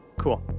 cool